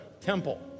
temple